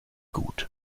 gut